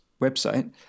website